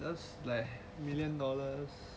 those like million dollars